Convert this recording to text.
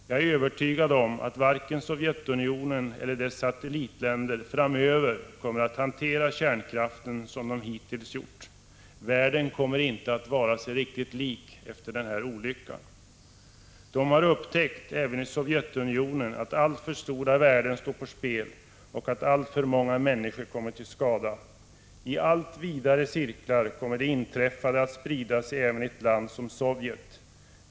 Jag är övertygad om att varken Sovjetunionen eller dess satellitländer framöver kommer att hantera kärnkraften på samma sätt som hittills. De har upptäckt att alltför stora värden står på spel och att alltför många människor kommit till skada. I allt vidare cirklar kommer det inträffade att sprida sig även i ett land som Sovjet.